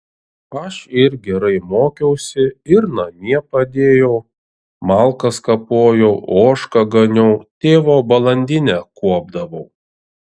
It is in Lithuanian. aš ir gerai mokiausi ir namie padėjau malkas kapojau ožką ganiau tėvo balandinę kuopdavau